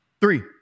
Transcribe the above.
Three